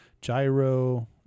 gyro